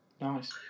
Nice